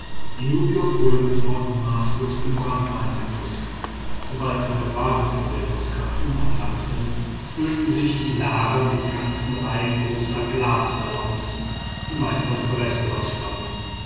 die nubier frönen dort maßlos dem branntweingenuß sobald neue warenvorräte aus chartum anlangen füllen sich die lager mit ganzen reihen großer glasballons die meist aus breslau stammen